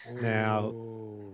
Now